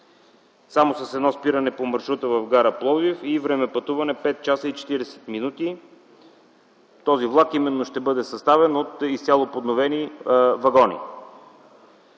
само с едно спиране по маршрута в гара Пловдив и време за пътуване 5 часа и 40 минути. Този влак именно ще бъде съставен от изцяло подновени вагони.